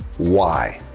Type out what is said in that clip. why?